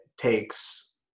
takes